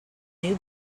new